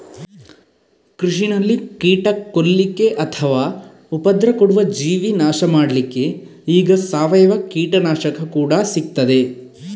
ಕೃಷಿನಲ್ಲಿ ಕೀಟ ಕೊಲ್ಲಿಕ್ಕೆ ಅಥವಾ ಉಪದ್ರ ಕೊಡುವ ಜೀವಿ ನಾಶ ಮಾಡ್ಲಿಕ್ಕೆ ಈಗ ಸಾವಯವ ಕೀಟನಾಶಕ ಕೂಡಾ ಸಿಗ್ತದೆ